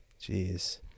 jeez